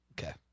okay